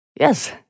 Yes